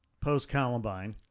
Post-Columbine